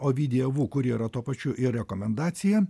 ovidiją vū kuri yra tuo pačiu ir rekomendacija